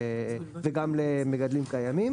וגם למגדלים קיימים.